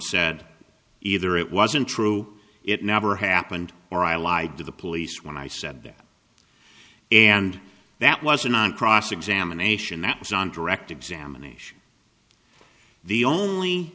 said either it wasn't true it never happened or i lied to the police when i said that and that was a nine cross examination that was on direct examination the only